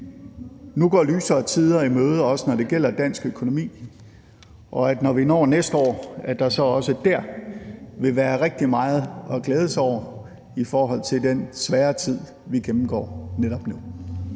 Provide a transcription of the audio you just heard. nu går lysere tider i møde, også når det gælder dansk økonomi, og at der, når vi når næste år, så også vil være rigtig meget at glæde sig over i forhold til den svære tid, vi gennemgår netop nu.